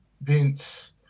Vince